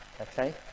Okay